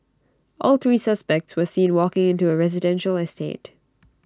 all three suspects were seen walking into A residential estate